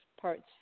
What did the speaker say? parts